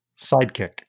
sidekick